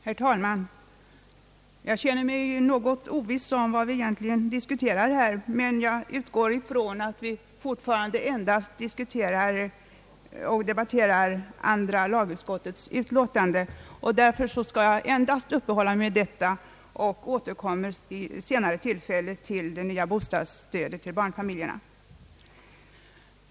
Herr talman! Jag känner mig något oviss om vad vi egentligen diskuterar här, men jag utgår ifrån att vi fortfarande endast debatterar andra lagutskottets utlåtande. Därför skall jag endast uppehålla mig vid detta utlåtande och återkommer senare till det nya bostadsstödet åt barnfamiljerna.